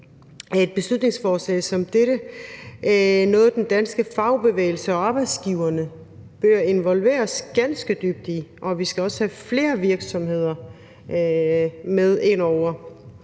et beslutningsforslag som dette noget, som den danske fagbevægelse og arbejdsgiverne bør involveres ganske dybt i, og vi skal også have flere virksomheder med indover.